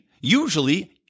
usually